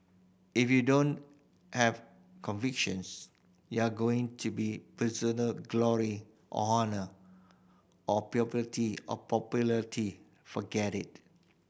if you don't have convictions you are going to be personal glory or honour or or popularity forget it